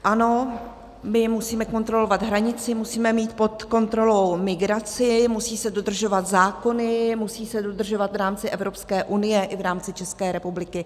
Ano, my musíme kontrolovat hranici, musíme mít pod kontrolou migraci, musí se dodržovat zákony, musí se dodržovat v rámci Evropské unie i v rámci České republiky.